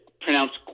pronounced